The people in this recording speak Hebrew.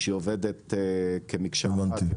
כשהיא עובדת כמקשה אחת,